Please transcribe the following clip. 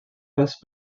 passe